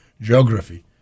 geography